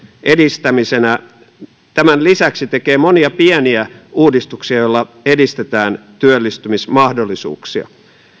edistämisenä lisäksi monia pieniä uudistuksia joilla edistetään työllistymismahdollisuuksia